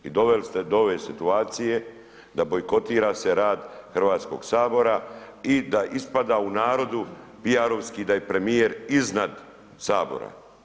I doveli ste do ove situacije, da bojkotira se rad Hrvatskog sabora i da ispada u narodu P.R.-ovski da je premjer iznad Sabora.